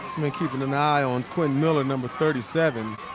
keeping an eye on quinn miller, number thirty seven.